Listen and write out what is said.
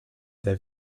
der